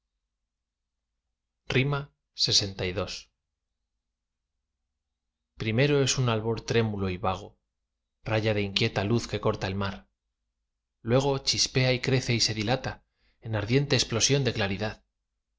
lxii primero es un albor trémulo y vago raya de inquieta luz que corta el mar luego chispea y crece y se dilata en ardiente explosión de claridad